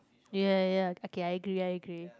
ya ya okay I agree I agree